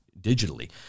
digitally